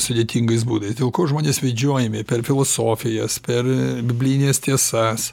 sudėtingais būdais dėl ko žmonės vedžiojami per filosofijas per biblines tiesas